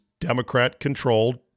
Democrat-controlled